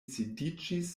sidiĝis